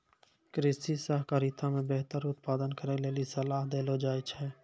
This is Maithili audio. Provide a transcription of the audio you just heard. कृषि सहकारिता मे बेहतर उत्पादन करै लेली सलाह देलो जाय छै